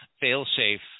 fail-safe